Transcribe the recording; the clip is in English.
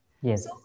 yes